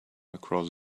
across